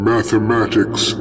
Mathematics